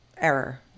error